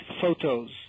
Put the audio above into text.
photos